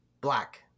Black